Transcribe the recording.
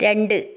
രണ്ട്